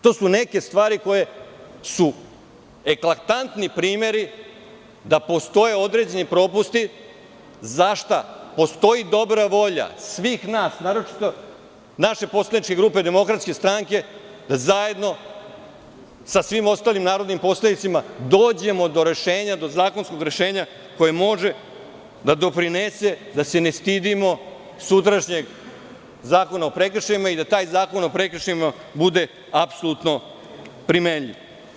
To su neke stvari koje su eklatantni primeri da postoje određeni propusti zašta postoji dobra volja svih nas, naročito naše poslaničke grupe DS, da zajedno, sa svim ostalim narodnim poslanicima dođemo do rešenja, do zakonskog rešenja koje može da doprinese da se ne stidimo sutrašnjeg zakona o prekršajima i da taj zakon o prekršajima bude apsolutno primenljiv.